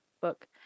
book